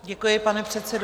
Děkuji, pane předsedo.